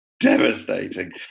Devastating